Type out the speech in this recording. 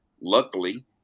luckily